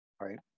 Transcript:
right